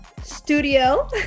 studio